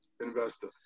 investor